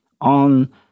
on